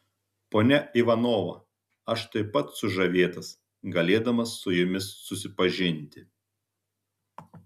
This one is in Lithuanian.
ponia ivanova aš taip pat sužavėtas galėdamas su jumis susipažinti